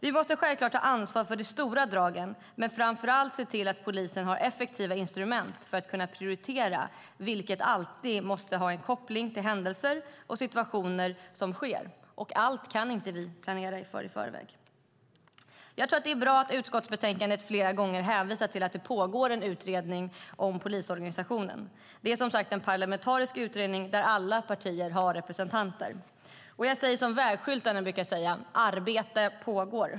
Vi måste självklart ta ansvar för de stora dragen men framför allt se till att polisen har effektiva instrument för att kunna prioritera, vilket alltid måste ha en koppling till händelser och situationer som sker. Vi kan inte planera för allt i förväg. Jag tycker det är bra att utskottsbetänkandet flera gånger hänvisar till att det pågår en utredning om polisorganisationen. Det är som sagt en parlamentarisk utredning där alla partier har representanter. Jag säger som det brukar stå på vägarbetsskyltarna: Arbete pågår.